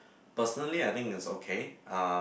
personally I think is okay